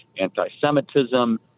anti-Semitism